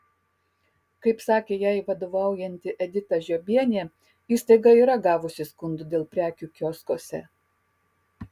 kaip sakė jai vadovaujanti edita žiobienė įstaiga yra gavusi skundų dėl prekių kioskuose